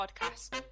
Podcast